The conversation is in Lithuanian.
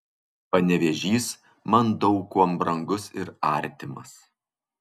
panevėžys man daug kuom brangus ir artimas